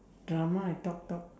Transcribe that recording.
drama I talk talk